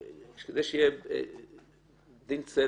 "לא"